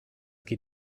geht